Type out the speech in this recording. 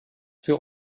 für